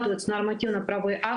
הבעיה שלה.